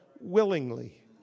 willingly